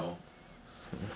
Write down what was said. the gems are easier to get